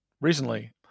recently